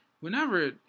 Whenever